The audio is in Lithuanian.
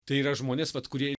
tai yra žmonės kurie